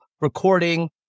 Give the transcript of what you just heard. recording